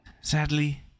sadly